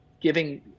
Giving